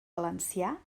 valencià